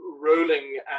rolling